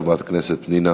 חברת הכנסת פנינה